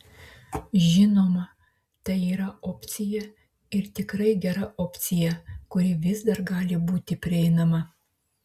žinoma tai yra opcija ir tikrai gera opcija kuri vis dar gali būti prieinama